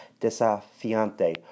desafiante